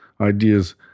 ideas